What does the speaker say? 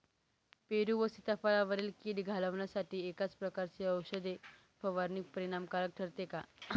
पेरू व सीताफळावरील कीड घालवण्यासाठी एकाच प्रकारची औषध फवारणी परिणामकारक ठरते का?